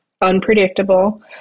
unpredictable